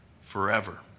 forever